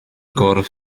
gwrdd